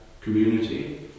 community